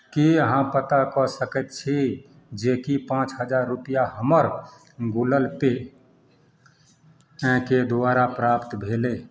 की अहाँ पता कऽ सकैत छी जे कि पाँच हजार रुपैआ हमर गूलल पे के द्वारा प्राप्त भेलै